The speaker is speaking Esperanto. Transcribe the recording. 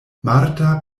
marta